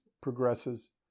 progresses